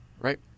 Right